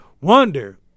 Wonder